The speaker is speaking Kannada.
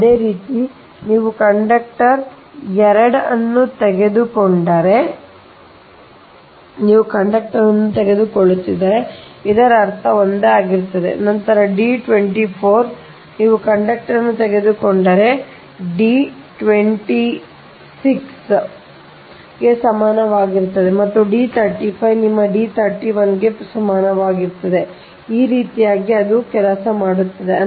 ಅದೇ ರೀತಿ ನೀವು ಕಂಡಕ್ಟರ್ 2 ಅನ್ನು ತೆಗೆದುಕೊಂಡರೆ ನೀವು ಕಂಡಕ್ಟರ್ ಒಂದನ್ನು ತೆಗೆದುಕೊಳ್ಳುತ್ತಿದ್ದರೆ ಇದರ ಅರ್ಥ ಒಂದೇ ಆಗಿರುತ್ತದೆ ನಂತರ D 24 ನೀವು ಕಂಡಕ್ಟರ್ ಅನ್ನು ತೆಗೆದುಕೊಂಡರೆ D 26 ಗೆ ಸಮಾನವಾಗಿರುತ್ತದೆ ಈ ಒಂದು D 35 ನಿಮ್ಮ D 31 ಗೆ ಸಮಾನವಾಗಿರುತ್ತದೆ ಈ ರೀತಿಯಾಗಿ ಅದು ಕೆಲಸ ಮಾಡುತ್ತದೆ